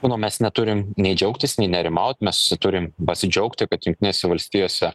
manau mes neturim nei džiaugtis nei nerimaut mes turim pasidžiaugti kad jungtinėse valstijose